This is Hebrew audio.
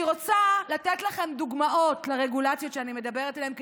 אני רוצה לתת לכם דוגמאות לרגולציות שאני מדברת עליהן,